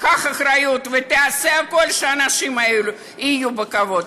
תיקח אחריות ותעשה הכול שהאנשים האלה יחיו בכבוד.